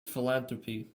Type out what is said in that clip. philanthropy